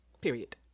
Period